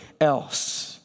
else